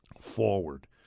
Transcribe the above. forward